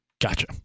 Gotcha